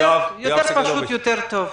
יותר פשוט, יותר טוב.